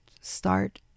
start